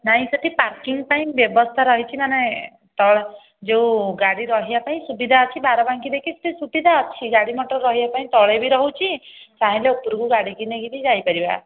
ନାଇଁ ସେଠି ପାର୍କିଂ ପାଇଁ ବ୍ୟବସ୍ଥା ରହିଛି ମାନେ ତଳ ଯୋଉ ଗାଡ଼ି ରହିବା ପାଇଁ ସୁବିଧା ଅଛି ବାରବାଙ୍କି ଦେଇକି ସେ ସୁବିଧା ଅଛି ଗାଡ଼ି ମୋଟର୍ ରହିବା ପାଇଁ ତଳେ ବି ରହୁଛି ଚାହିଁଲେ ଉପରକୁ ଗାଡ଼ି ବି ନେଇକି ଯାଇପାରିବା